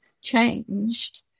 changed